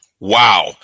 Wow